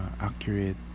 accurate